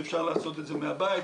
שאפשר לעשות את זה מהבית.